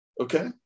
okay